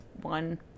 one